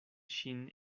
ŝin